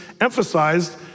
emphasized